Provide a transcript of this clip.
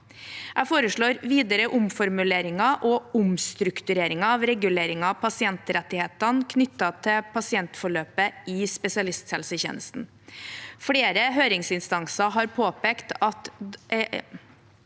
Jeg foreslår videre omformuleringer og omstruktureringer av reguleringen av pasientrettighetene knyttet til pasientforløpet i spesialisthelsetjenesten. Flere høringsinstanser har påpekt at